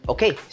Okay